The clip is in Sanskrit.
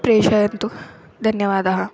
प्रेषयन्तु धन्यवादः